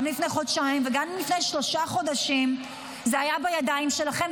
גם לפני חודשיים וגם לפני שלושה חודשים זה היה בידיים שלכם,